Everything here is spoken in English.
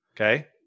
okay